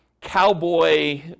cowboy